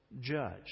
judge